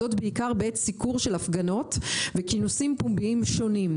זאת בעיקר בעת סיקור של הפגנות וכינוסים פומביים שונים.